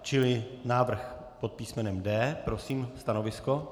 Čili návrh pod písmenem D. Prosím stanovisko.